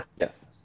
Yes